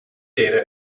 data